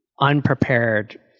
unprepared